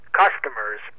customers